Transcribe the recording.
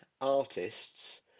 artists